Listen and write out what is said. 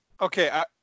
Okay